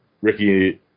Ricky